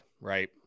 right